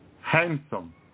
Handsome